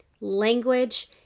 language